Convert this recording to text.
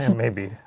and maybe.